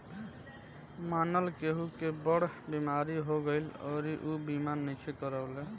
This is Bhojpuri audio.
मानल केहु के बड़ बीमारी हो गईल अउरी ऊ बीमा नइखे करवले